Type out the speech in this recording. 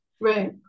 right